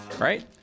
Right